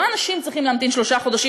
לא האנשים צריכים להמתין שלושה חודשים